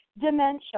dementia